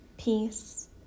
Peace